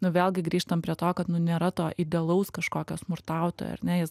nu vėlgi grįžtam prie to kad nu nėra to idealaus kažkokio smurtautojo ar ne jis